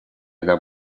нам